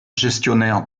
gestionnaire